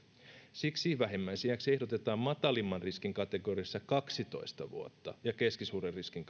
siksi vähimmäisiäksi ehdotetaan matalimman riskin kategoriassa kaksitoista vuotta ja keskisuuren riskin